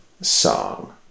song